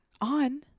On